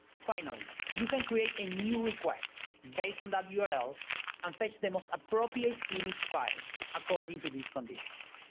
finally, you can create a new request based on that yeah url and fetch the most appropriate image file according to these conditions.